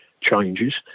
changes